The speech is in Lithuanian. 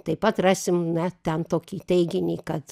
taip pat rasim na ten tokį teiginį kad